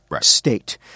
state